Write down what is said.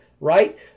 right